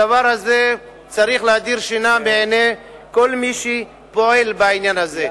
הדבר הזה צריך להדיר שינה מעיני כל מי שפועל בעניין הזה.